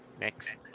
next